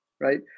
right